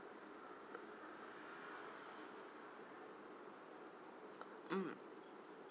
mm